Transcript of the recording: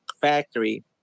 factory